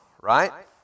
right